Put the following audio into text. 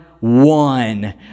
one